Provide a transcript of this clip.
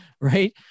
right